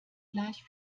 gleich